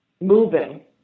moving